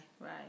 right